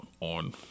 on